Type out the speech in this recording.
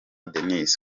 denis